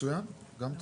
מצוין, גם טוב.